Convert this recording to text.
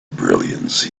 brilliance